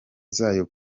zayo